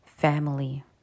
family